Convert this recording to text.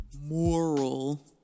Moral